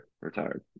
retired